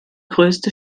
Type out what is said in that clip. größte